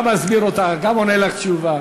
גם מסביר אותך, גם עונה לך תשובה.